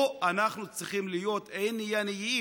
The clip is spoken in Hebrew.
פה אנחנו צריכים להיות ענייניים.